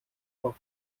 for